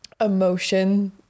emotion